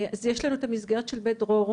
אז יש לנו את המסגרת של 'בית דרור',